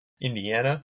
Indiana